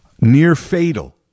near-fatal